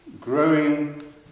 growing